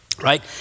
right